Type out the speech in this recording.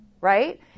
right